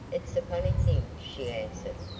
it's a funny thing, she answered,